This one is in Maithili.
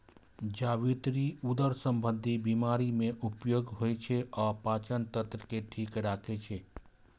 जावित्री उदर संबंधी बीमारी मे उपयोग होइ छै आ पाचन तंत्र के ठीक राखै छै